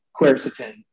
quercetin